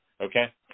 okay